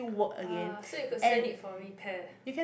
uh so you could send it for repair